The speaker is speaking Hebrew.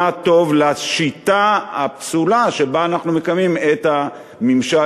טוב לשיטה הפסולה שבה אנחנו מקיימים את הממשל